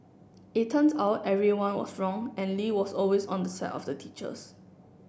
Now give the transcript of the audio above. it turns out everyone was wrong and Lee was always on the side of the teachers